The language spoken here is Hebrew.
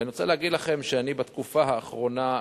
ואני רוצה להגיד לכם שאני בתקופה האחרונה,